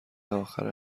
آخر